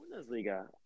Bundesliga